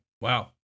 Wow